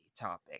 topic